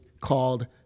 called